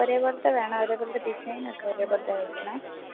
ഒരേ പോലത്തെ വേണം ഒരേ പോലത്തെ ഡിസൈനൊക്കെ ഒരേ പോലത്തെ ആയിരിക്കണം